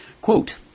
Quote